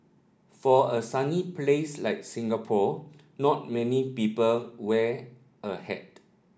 for a sunny place like Singapore not many people wear a hat